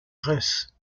reims